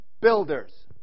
builders